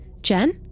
Jen